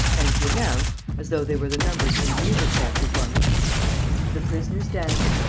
and he announced, as though they were the numbers in a music-hall performance the prisoner's dance.